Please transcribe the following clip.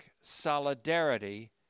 solidarity